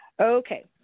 Okay